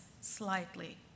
slightly